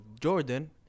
Jordan